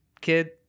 kid